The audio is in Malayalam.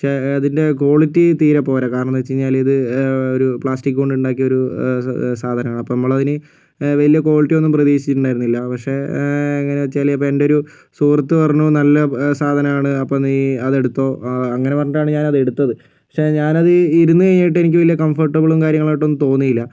പക്ഷേ അതിൻ്റെ ക്വാളിറ്റി തീരെ പോരാ കാരണമെന്തെന്നുവെച്ചുകഴിഞ്ഞാൽ ഇത് ഒരു പ്ലാസ്റ്റിക് കൊണ്ട് ഉണ്ടാക്കിയ ഒരു സ സാധനമാണ് നമ്മൾ അതിന് വലിയ ക്വാളിറ്റിയൊന്നും പ്രതീക്ഷിച്ചിട്ടുണ്ടായിരുന്നില്ല പക്ഷേ ഇങ്ങനെ ചിലപ്പോൾ എൻ്റെയൊരു സുഹൃത്ത് പറഞ്ഞു നല്ല സാധനമാണ് അപ്പോൾ നീ അത് എടുത്തോളൂ അങ്ങനെ പറഞ്ഞിട്ടാണ് ഞാനത് എടുത്തത് പക്ഷേ ഞാൻ അത് ഇരുന്ന് കഴിഞ്ഞിട്ടത് വലിയ കംഫർട്ടബിളും കാര്യങ്ങളുമായിട്ടൊന്നും തോന്നിയില്ല